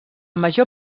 major